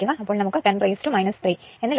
അപ്പോൾ നമുക്ക് 10 3 എന്ന് ലഭിക്കും